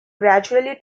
gradually